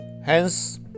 Hence